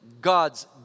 God's